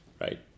right